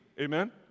Amen